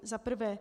Za prvé: